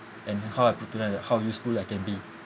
and how I put to them that how useful I can be